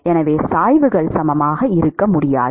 எனவே சாய்வுகள் சமமாக இருக்க முடியாது